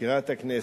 מזכירת הכנסת,